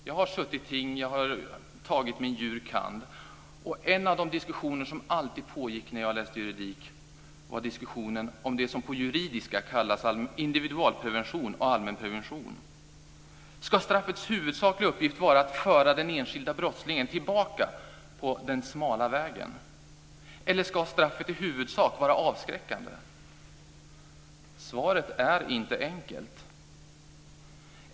Jag har suttit ting och tagit min jur. kand. En av de diskussioner som alltid pågick när jag läste juridik var diskussionen om det som på juridiska kallas individualprevention och allmänprevention. Ska straffets huvudsakliga uppgift vara att föra den enskilda brottslingen tillbaka på den smala vägen, eller ska straffet i huvudsak vara avskräckande? Svaret är inte enkelt.